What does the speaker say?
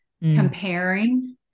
comparing